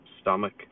stomach